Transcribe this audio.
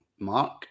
Mark